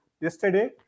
yesterday